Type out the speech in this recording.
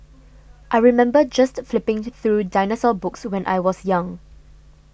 I remember just flipping through dinosaur books when I was young